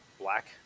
black